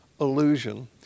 illusion